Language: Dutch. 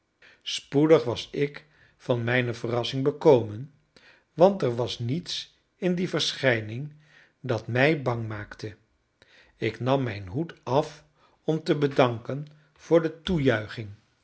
spoedig was ik van mijne verrassing bekomen want er was niets in die verschijning dat mij bang maakte ik nam mijn hoed af om te bedanken voor de toejuiching